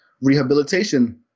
rehabilitation